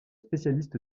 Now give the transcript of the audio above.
spécialiste